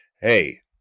hey